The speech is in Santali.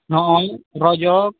ᱱᱚᱜᱼᱚᱭ ᱚᱡᱚᱜ